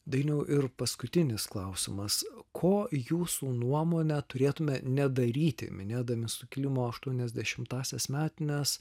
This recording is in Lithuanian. dainiau ir paskutinis klausimas ko jūsų nuomone turėtume nedaryti minėdami sukilimo aštuoniasdešimtąsias metines